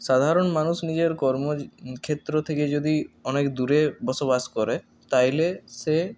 সাধারণ মানুষ নিজের কর্মক্ষেত্র থেকে যদি অনেক দূরে বসবাস করে তাহলে সে